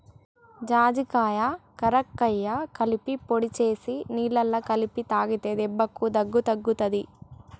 జాజికాయ కరక్కాయ కలిపి పొడి చేసి నీళ్లల్ల కలిపి తాగితే దెబ్బకు దగ్గు తగ్గుతది